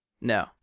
No